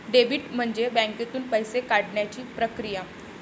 debit म्हणजे बँकेतून पैसे काढण्याची प्रक्रिया